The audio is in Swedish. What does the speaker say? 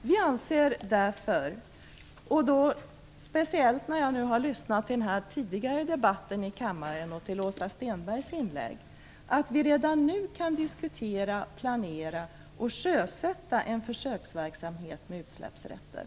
Vi anser därför, speciellt när jag har lyssnat till den tidigare debatten i kammaren och till Åsa Stenbergs inlägg, att vi redan nu kan diskutera, planera och sjösätta en försöksverksamhet med utsläppsrätter.